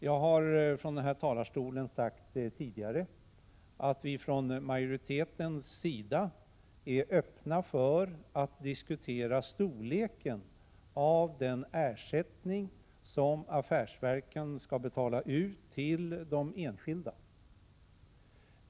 Jag har tidigare från denna talarstol sagt att vi i majoriteten är öppna för en diskussion om storleken av den ersättning som affärsverken skall betala till de enskilda.